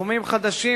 בתחומים חדשים,